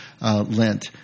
Lent